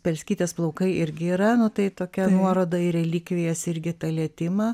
bielskytės plaukai irgi yra nu tai tokia nuoroda į relikvijas irgi tą lietimą